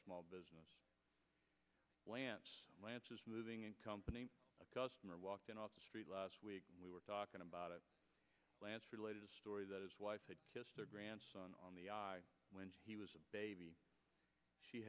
small business plan lance is moving in company a customer walked in off the street last week we were talking about it last related story that his wife had kissed her grandson on the when he was a baby she